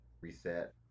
reset